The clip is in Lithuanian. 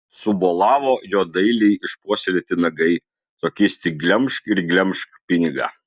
subolavo jo dailiai išpuoselėti nagai tokiais tik glemžk ir glemžk pinigą